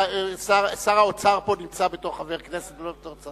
שר האוצר נמצא פה בתור חבר כנסת ולא בתור,